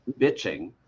bitching